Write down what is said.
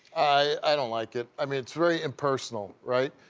i don't like it, i mean it's very impersonal right?